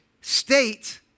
state